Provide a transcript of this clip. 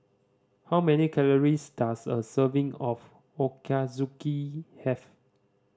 how many calories does a serving of Ochazuke have